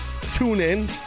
TuneIn